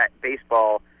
baseball